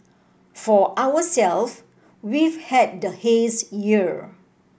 for ourselves we've had the haze year